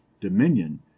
dominion